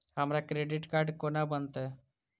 हमरा credit card कोना बनतै?